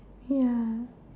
ya